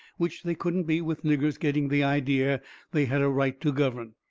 which they couldn't be with niggers getting the idea they had a right to govern.